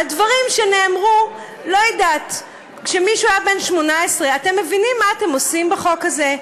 על דברים שנאמרו כשמישהו היה בן 18. אתם מבינים מה אתם עושים בחוק הזה?